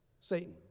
Satan